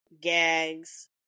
gags